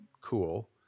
cool